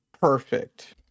Perfect